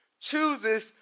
chooses